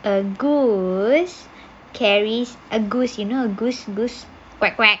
a goose carries a goose you know goose goose quack quack